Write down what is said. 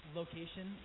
location